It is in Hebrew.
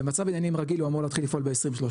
במצב עניינים רגיל הוא אמור להתחיל לפעול ב-2030,